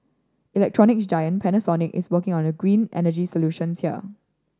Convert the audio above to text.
electronics giant Panasonic is working on a green energy solutions here